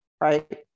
right